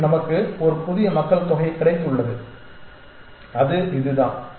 மேலும் நமக்கு ஒரு புதிய மக்கள் தொகை கிடைத்துள்ளது அது இதுதான்